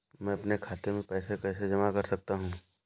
मैं अपने खाते में पैसे कैसे जमा कर सकता हूँ?